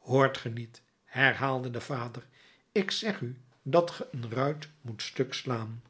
hoort ge niet herhaalde de vader ik zeg u dat ge een ruit moet stuk slaan